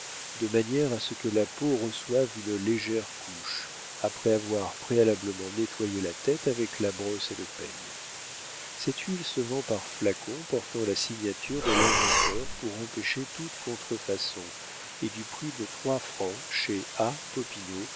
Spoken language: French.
de manière à ce que la peau reçoive une légère couche après avoir préalablement nettoyé la tête avec la brosse et le peigne cette huile se vend par flacon portant la signature de l'inventeur pour empêcher toute contrefaçon et du prix de trois francs chez